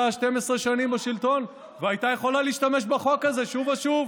12 שנים בשלטון והייתה יכולה להשתמש בחוק הזה שוב ושוב.